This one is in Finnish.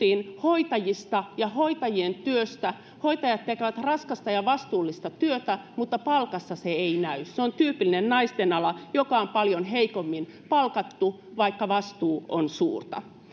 hoitajista ja hoitajien työstä hoitajat tekevät raskasta ja vastuullista työtä mutta palkassa se ei näy se on tyypillinen naisten ala joka on paljon heikommin palkattu vaikka vastuu on suurta